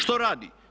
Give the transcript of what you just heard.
Što radi?